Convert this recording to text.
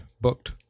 booked